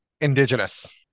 Indigenous